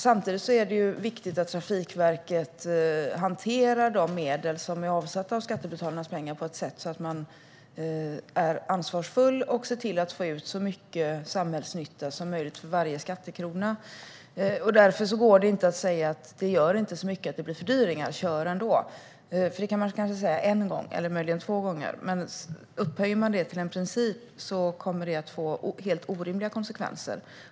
Samtidigt är det viktigt att Trafikverket hanterar de medel som är avsatta av skattebetalarnas pengar på ett ansvarsfullt sätt och ser till att få ut så mycket samhällsnytta som möjligt för varje skattekrona. Därför går det inte att säga: Det gör inte så mycket att det blir fördyringar - kör ändå! Det kan man kanske säga en eller möjligen två gånger, men upphöjer man det till en princip kommer det att få helt orimliga konsekvenser.